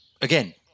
Again